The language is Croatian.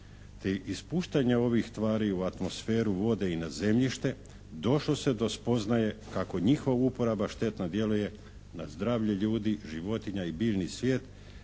te ispuštanja ovih tvari u atmosferu vode i na zemljište došlo se do spoznaje kako njihova uporaba štetno djeluje na zdravlje ljudi, životinja i biljni svijet,